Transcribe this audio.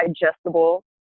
digestible